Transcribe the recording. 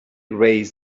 raised